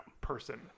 person